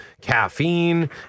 caffeine